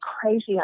crazy